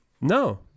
No